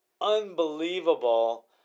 unbelievable